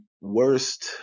worst